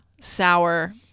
sour